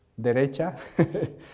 derecha